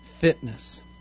fitness